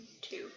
two